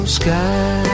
sky